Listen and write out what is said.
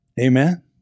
Amen